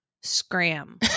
scram